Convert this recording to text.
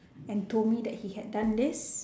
and told me that he had done this